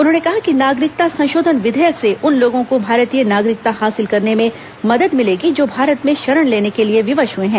उन्होंने कहा कि नागरिकता संशोधन विधेयक से उन लोगों को भारतीय नागरिकता हासिल करने में मदद मिलेगी जो भारत में शरण लेने के लिए विवश हुए हैं